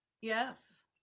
yes